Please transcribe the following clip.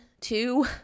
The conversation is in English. two